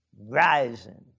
rising